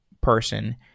person